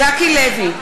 ז'קי לוי,